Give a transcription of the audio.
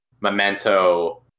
memento